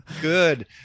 good